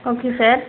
okay sir